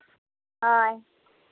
ᱦᱳᱭ